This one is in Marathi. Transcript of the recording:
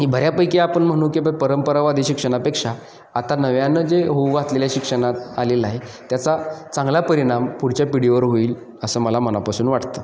ही बऱ्यापैकी आपण म्हणू की बा परंपरावादी शिक्षणापेक्षा आता नव्यानं जे होऊ घातलेल्या शिक्षणात आलेलं आहे त्याचा चांगला परिणाम पुढच्या पिढीवर होईल असं मला मनापासून वाटतं